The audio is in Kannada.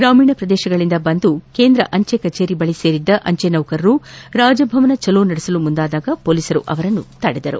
ಗ್ರಾಮೀಣ ಪ್ರದೇಶಗಳಿಂದ ಬಂದು ಕೇಂದ್ರ ಅಂಚೆ ಕಚೇರಿ ಬಳಿ ಸೇರಿದ್ದ ಅಂಚೆ ನೌಕರರು ರಾಜಭವನ ಚಲೋ ನಡೆಸಲು ಮುಂದಾದಾಗ ಪೊಲೀಸರು ಅವರನ್ನು ತಡೆದರು